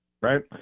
right